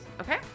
Okay